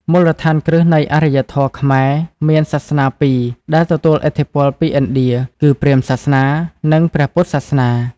មូលដ្ឋានគ្រឹះនៃអរិយធម៌ខ្មែរមានសាសនាពីរដែលទទួលឥទ្ធិពលពីឥណ្ឌា គឺព្រាហ្មណ៍សាសនា និងព្រះពុទ្ធសាសនា។